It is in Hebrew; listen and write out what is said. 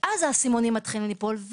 ואז האסימונים מתחילים ליפול.